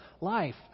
life